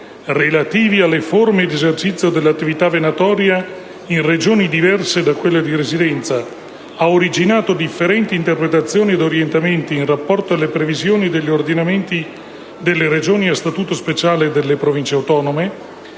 relativi alle forme di esercizio dell'attività venatoria in Regioni diverse da quella di residenza, ha originato differenti interpretazioni ed orientamenti, in rapporto alle previsioni degli ordinamenti delle Regioni a statuto speciale e delle Province autonome;